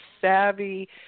savvy